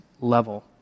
level